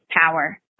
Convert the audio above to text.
power